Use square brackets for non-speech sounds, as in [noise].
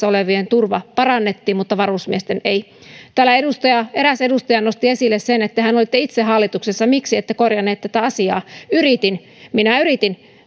[unintelligible] olevien turvaa parannettiin mutta varusmiesten ei täällä eräs edustaja nosti esille sen että tehän olitte itse hallituksessa miksi ette korjannut tätä asiaa yritin minä yritin [unintelligible]